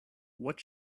what